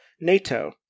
NATO